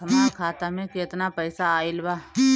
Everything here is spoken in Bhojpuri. हमार खाता मे केतना पईसा आइल बा?